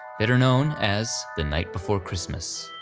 better known as the night before christmas.